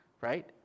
right